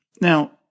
Now